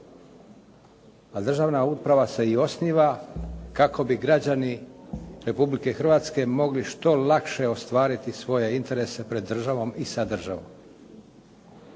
a državna uprava se i osniva kako bi građani Republike Hrvatske mogli što lakše ostvariti svoje interese pred državom i sa državom.